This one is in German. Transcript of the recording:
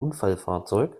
unfallfahrzeug